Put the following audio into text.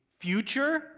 future